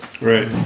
Right